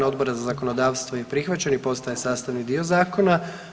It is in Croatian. Odbora za zakonodavstvo je prihvaćen i postaje sastavni dio zakona.